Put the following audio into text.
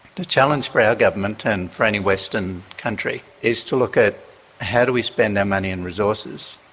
the challenge for our government and for any western country is to look at how do we spend our money and resources.